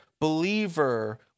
believer